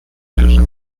mechanism